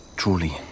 Truly